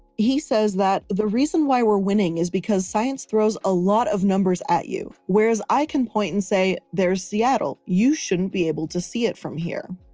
he says that, the reason why we're winning is because science throws a lot of numbers at you, whereas i can point and say, there's seattle, you shouldn't be able to see it from here.